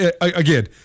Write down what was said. again